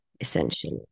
essentially